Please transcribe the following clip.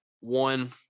one